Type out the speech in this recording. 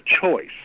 choice